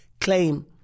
claim